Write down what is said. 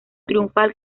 triunfal